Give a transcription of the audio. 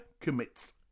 commits